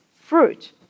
fruit